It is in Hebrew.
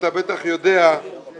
אני פותח את ישיבת ועדת הכספים.